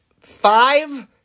five